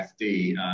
FD